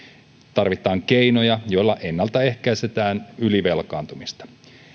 tarvitaan keinoja joilla ennaltaehkäistään ylivelkaantumista